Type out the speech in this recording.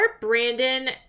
Brandon